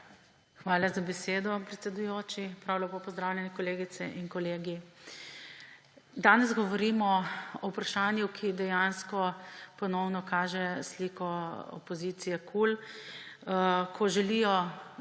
Hvala za besedo, predsedujoči. Prav lepo pozdravljeni, kolegice in kolegi! Danes govorimo o vprašanju, ki dejansko ponovno kaže sliko opozicije KUL, ko želijo